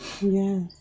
Yes